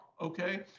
Okay